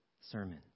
sermon